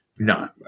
No